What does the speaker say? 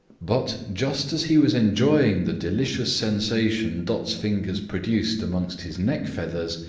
but, just as he was enjoying the delicious sensation dot's fingers produced amongst his neck feathers,